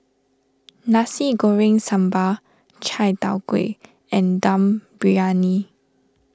Nasi Goreng Sambal Chai Tow Kway and Dum Briyani